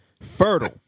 Fertile